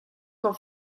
con